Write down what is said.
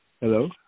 Hello